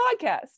podcast